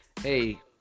hey